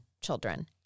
children